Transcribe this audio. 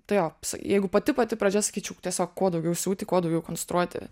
tai jo jeigu pati pati pradžia sakyčiau tiesiog kuo daugiau siūti kuo daugiau konstruoti